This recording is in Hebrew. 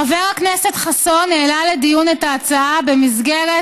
חבר הכנסת חסון העלה לדיון את ההצעה במסגרת